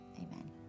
Amen